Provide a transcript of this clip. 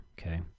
Okay